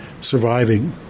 surviving